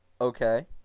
Okay